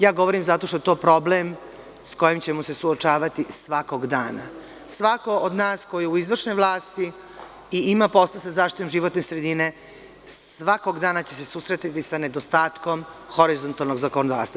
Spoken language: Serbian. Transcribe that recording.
Ja govorim zato što je problem sa kojim ćemo se suočavati svakog dana, svako od nas ko je u izvršnoj vlasti i ima posla sa zaštitom životne sredine svakog dana će se susretati sa nedostatkom horizontalnog zakonodavstva.